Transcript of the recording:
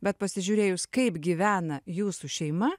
bet pasižiūrėjus kaip gyvena jūsų šeima